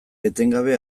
etengabe